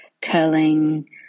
curling